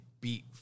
beat